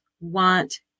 want